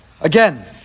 again